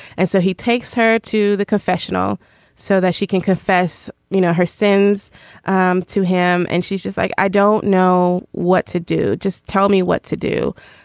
and so he takes her to the confessional so that she can confess you know her sins um to him. and she's just like, i don't know what to do. just tell me what to do